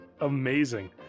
Amazing